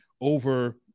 over